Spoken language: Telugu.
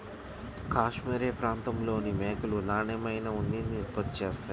కాష్మెరె ప్రాంతంలోని మేకలు నాణ్యమైన ఉన్నిని ఉత్పత్తి చేస్తాయి